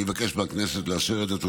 אני מבקש מהכנסת לאשר את זה.